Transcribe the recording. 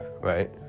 right